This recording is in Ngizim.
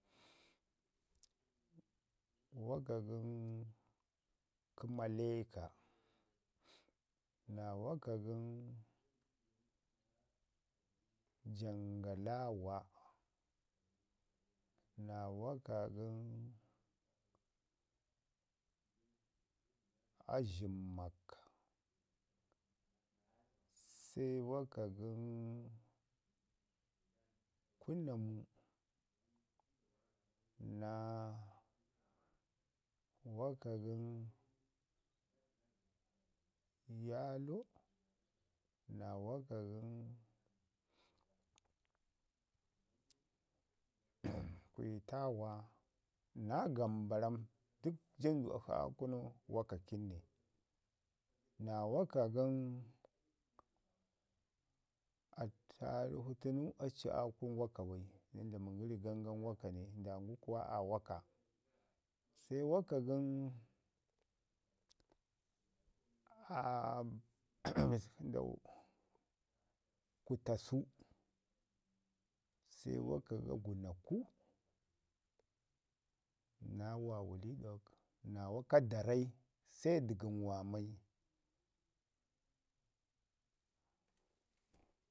waka gən" maleka naa waka gən jangalaawa, naa wako gən azhimak, se waka gən kunamu naa waka gən yaalo, naa waka gən kwitaawa, naa gamba ram. Dək jandau akshi aa kunu wakakin ne. Naa waka gən attarufu tənu ari aa kunu waka bai dən dlami gəri gangam waka ne, ndangu kuwa aa waka. Se waka gən kutasu, se waka agunatu, naa waawu riɗok naa waka dararai se dəgəm waamai